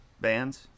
bands